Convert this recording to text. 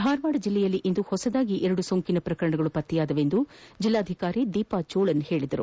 ಧಾರವಾಡ ಜಿಲ್ಲೆಯಲ್ಲಿ ಇಂದು ಹೊಸದಾಗಿ ಎರಡು ಸೋಂಕು ಪ್ರಕರಣಗಳು ಪತ್ತೆಯಾಗಿವೆ ಎಂದು ಜಿಲ್ಲಾಧಿಕಾರಿ ದೀಪಾ ಜೋಳನ್ ತಿಳಿಸಿದ್ದಾರೆ